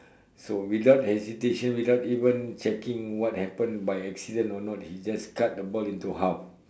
so without hesitation without even checking what happen by accident or not he just cut the ball into half